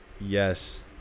Yes